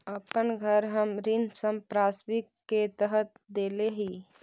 अपन घर हम ऋण संपार्श्विक के तरह देले ही